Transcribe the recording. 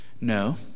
No